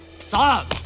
Stop